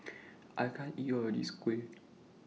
I can't eat All of This Kuih